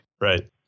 Right